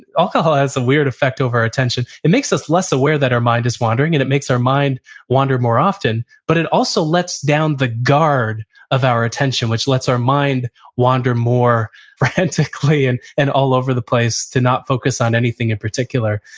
alcohol has some weird effect over our attention. it makes us less aware that our mind is wandering and it makes our mind wander more often, but it also lets down the guard of our attention, which lets our mind wander more frantically and and all over the place to not focus on anything in particular.